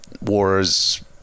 Wars